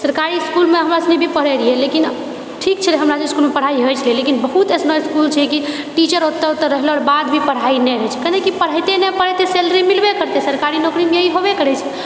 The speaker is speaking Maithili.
सरकारी इसकुलमे हमरा सनिके पढ़ल रहिए लेकिन ठीक छलेै हँ हमरा सनिके इसकुलमे पढ़ाइ होए छलेै हँ लेकिन बहुत अइसनो इसकुल छै कि टीचर ओतए रहलाके बादभी पढ़ाइ नहि होइछै काहेकि पढ़ैते नहि पढ़ैते सैलरी मिलबे करते सरकारी नौकरीमे इएह होबे करैछेै